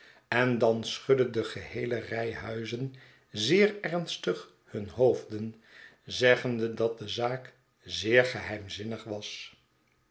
en dan schudde de geheele rij huizen zeer ernstig hun hoofden zeggende dat de zaak zeer geheimzinnig was